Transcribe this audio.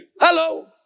Hello